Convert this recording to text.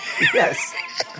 Yes